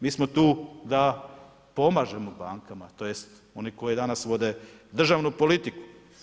Mi smo tu da pomažemo bankama, tj. oni koji danas vode državnu politiku.